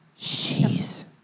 Jeez